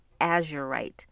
Azurite